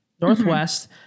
northwest